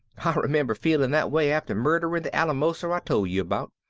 i remember feeling that way after murdering the alamoser i told you about.